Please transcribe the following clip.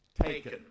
Taken